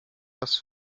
das